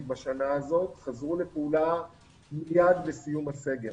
בשנה הזאת חזרו לפעולה מיד בסיום הסגר.